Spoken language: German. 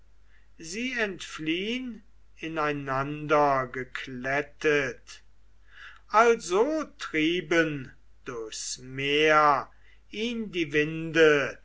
sie entfliehn ineinander geklettet also trieben durchs meer ihn die winde